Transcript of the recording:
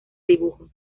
dibujo